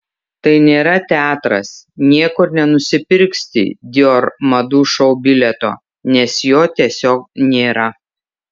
tai nėra teatras niekur nenusipirksi dior madų šou bilieto nes jo tiesiog nėra